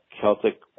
Celtic